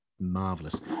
marvelous